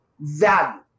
value